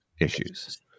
issues